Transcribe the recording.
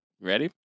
Ready